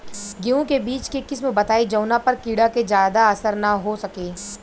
गेहूं के बीज के किस्म बताई जवना पर कीड़ा के ज्यादा असर न हो सके?